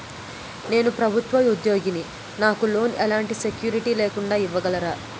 నేను ప్రభుత్వ ఉద్యోగిని, నాకు లోన్ ఎలాంటి సెక్యూరిటీ లేకుండా ఇవ్వగలరా?